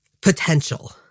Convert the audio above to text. potential